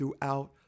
throughout